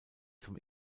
zum